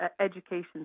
education